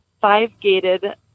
five-gated